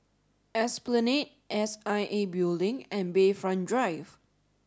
Esplanade S I A Building and Bayfront Drive